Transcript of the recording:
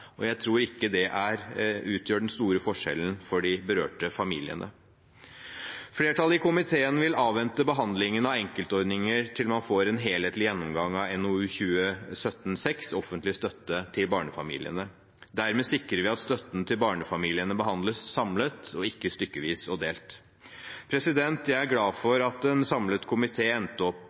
Jeg tror ikke det utgjør den store forskjellen for de berørte familiene. Flertallet i komiteen vil avvente behandlingen av enkeltordninger til man får en helhetlig gjennomgang av NOU 2017:6 Offentlig støtte til barnefamiliene. Dermed sikrer vi at støtten til barnefamiliene behandles samlet, og ikke stykkevis og delt. Jeg er glad for at en samlet komité endte opp